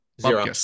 Zero